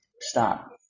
stop